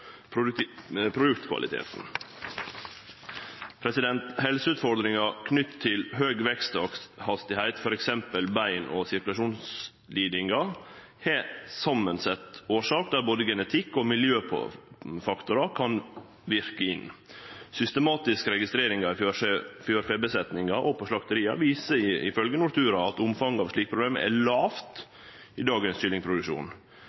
produktkvaliteten. Helseutfordringar knytte til høg veksthastigheit, t.d. bein- og sirkulasjonslidingar, har samansette årsakar der både genetikk og miljøfaktorar kan verke inn. Systematiske registreringar i fjørfebesetningane og på slakteria viser, ifølgje Nortura, at omfanget av slike problem er